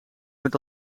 met